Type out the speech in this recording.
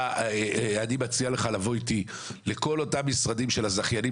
אני מציע לך לבוא איתי לכל אותם משרדים של הזכיינים